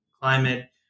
climate